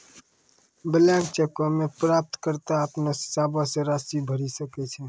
blank चेको मे प्राप्तकर्ता अपनो हिसाबो से राशि भरि सकै छै